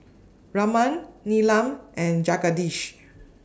Raman Neelam and Jagadish